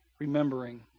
remembering